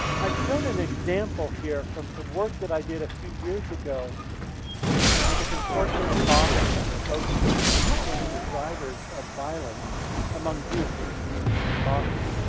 i've shown an example here from some work that i did a few years ago with a consortium in boston that was focused on understanding drivers of violence among youth in communities in boston.